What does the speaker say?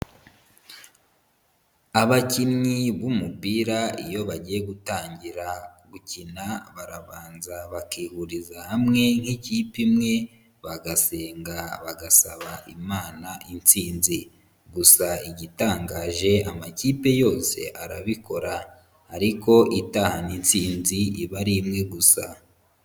Abakinnyi b'umupira iyo bagiye gutangira gukina barabanza bakihuriza hamwe nk'ikipe imwe, bagasenga bagasaba Imana intsinzi gusa igitangaje amakipe yose arabikora ariko itahana intsinzi iba ari imwe gusa.